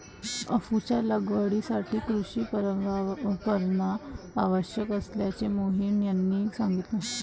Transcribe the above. अफूच्या लागवडीसाठी कृषी परवाना आवश्यक असल्याचे मोहन यांनी सांगितले